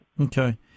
Okay